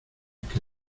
que